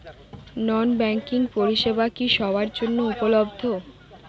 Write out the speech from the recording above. নন banking পরিষেবা কি সবার জন্য উপলব্ধ?